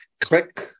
click